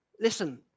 Listen